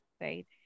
right